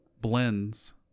blends